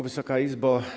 Wysoka Izbo!